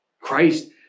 Christ